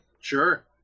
sure